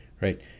right